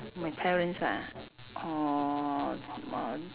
my parents ah orh ma~